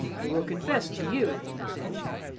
i will confess to you, constantia,